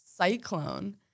cyclone